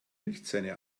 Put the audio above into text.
milchzähne